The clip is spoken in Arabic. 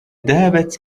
ذهبت